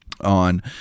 on